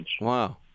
Wow